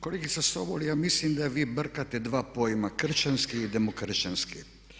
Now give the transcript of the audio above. Kolegice Sobol, ja mislim da vi brkate dva pojma kršćanski i demokršćanski.